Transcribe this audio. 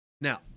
now